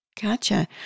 Gotcha